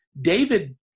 David